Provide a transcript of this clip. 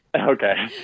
Okay